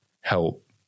help